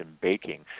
baking